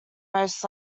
most